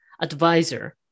advisor